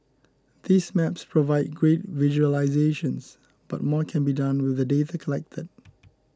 these maps provide great visualisations but more can be done with the data collected